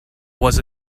was